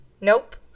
Nope